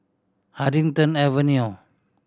Huddington Avenue